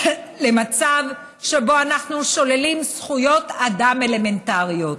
למצב שבו אנחנו שוללים זכויות אדם אלמנטריות?